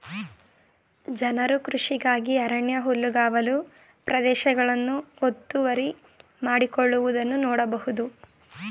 ಜನರು ಕೃಷಿಗಾಗಿ ಅರಣ್ಯ ಹುಲ್ಲುಗಾವಲು ಪ್ರದೇಶಗಳನ್ನು ಒತ್ತುವರಿ ಮಾಡಿಕೊಳ್ಳುವುದನ್ನು ನೋಡ್ಬೋದು